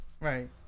Right